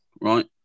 right